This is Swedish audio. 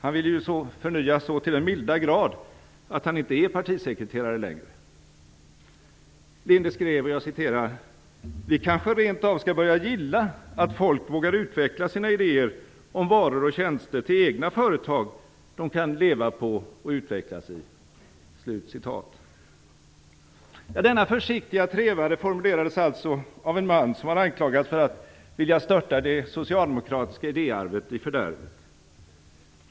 Han ville ju förnya så till den milda grad att han inte är partisekreterare längre. Linde skrev: "Vi kanske rent av ska börja gilla att folk vågar utveckla sina idéer om varor och tjänster till egna företag de kan leva på och utvecklas i." Denna försiktiga trevare formulerades alltså av en man som har anklagats för att vilja störta det socialdemokratiska idéarvet i fördärvet.